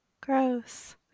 gross